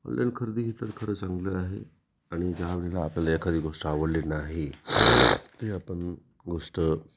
online खरेदी ही तर खरं चांगलं आहे आणि ज्यावेळेला आपल्याला एखादी गोष्ट आवडली नाही ते आपण गोष्ट